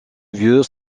vieux